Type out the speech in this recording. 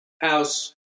house